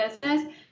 business